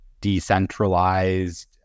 decentralized